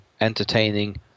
entertaining